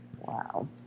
Wow